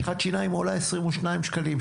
משחת שיניים עולה 22 שקלים,